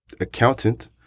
accountant